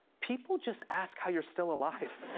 people just ask how you're still alive.